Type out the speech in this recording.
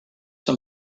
some